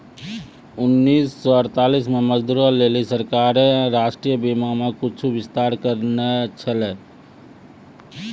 उन्नीस सौ अड़तालीस मे मजदूरो लेली सरकारें राष्ट्रीय बीमा मे कुछु विस्तार करने छलै